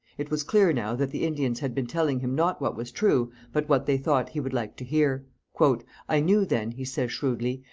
it was clear now that the indians had been telling him not what was true but what they thought he would like to hear. i knew then he says shrewdly,